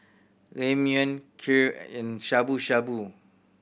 Ramyeon Kheer and Shabu Shabu